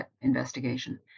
investigation